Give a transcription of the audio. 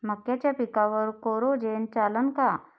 मक्याच्या पिकावर कोराजेन चालन का?